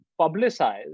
publicize